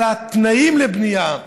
אלא על התנאים לבנייה.